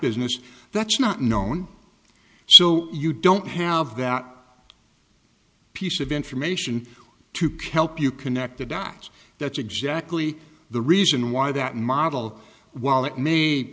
business that's not known so you don't have that piece of information to kelp you connect the dots that's exactly the reason why that model while it may